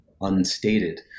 unstated